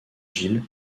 gilles